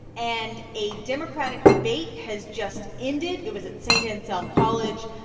and a democratic debate has just ended. it was at saint anselm college,